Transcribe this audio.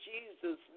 Jesus